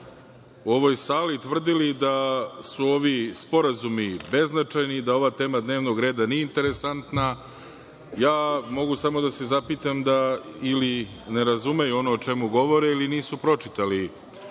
u ovoj sali tvrdili da su ovi sporazumi beznačajni, da ova tema dnevnog reda nije interesantna, mogu samo da se zapitam ili ne razumeju ono o čemu govore ili nisu pročitali